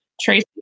Tracy